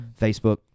Facebook